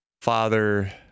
Father